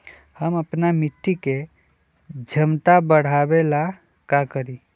हम अपना मिट्टी के झमता बढ़ाबे ला का करी?